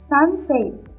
Sunset